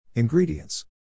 Ingredients